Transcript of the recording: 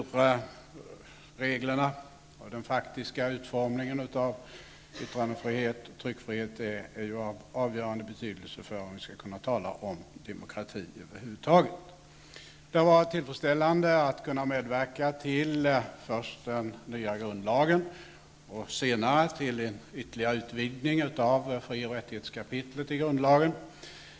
Reglerna och den faktiska utformningen av yttrandefriheten och tryckfriheten är av avgörande betydelse för om vi över huvud taget skall kunna tala om demokrati. Det har varit tillfredsställande att kunna medverka till först den nya grundlagen och senare till en ytterligare utvidgning av fri och rättighetskapitlet i grundlagen.